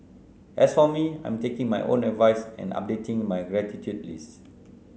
as for me I am taking my own advice and updating my gratitude lists